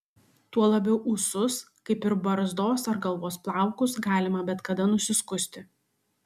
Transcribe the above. tuo labiau ūsus kaip ir barzdos ar galvos plaukus galima bet kada nusiskusti